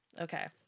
Okay